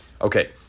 Okay